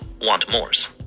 want-mores